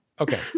Okay